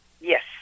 Yes